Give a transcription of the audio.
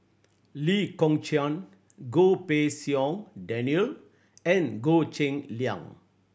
Lee Kong Chian Goh Pei Siong Daniel and Goh Cheng Liang